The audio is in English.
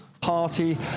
Party